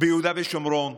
ביהודה ושומרון.